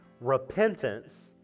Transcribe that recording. Repentance